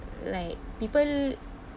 like people